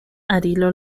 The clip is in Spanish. arilo